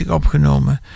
opgenomen